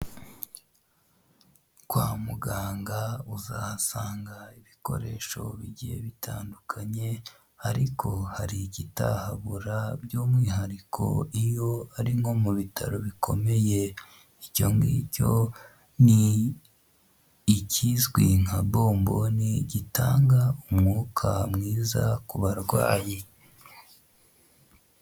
Kwa muganga uzahasanga ibikoresho bigiye bitandukanye ariko hari ikitahabura by'umwihariko iyo ari nko mu bitaro bikomeye. Icyo ngicyo ni ikizwi nka bomboni gitanga umwuka mwiza ku barwayi.